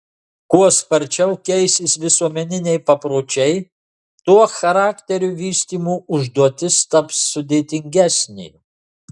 kuo sparčiau keisis visuomeniniai papročiai tuo charakterio vystymo užduotis taps sudėtingesnė